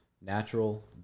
natural